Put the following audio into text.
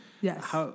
Yes